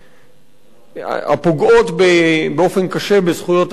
הפוגעות באופן קשה בזכויות אדם,